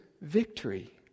victory